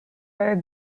where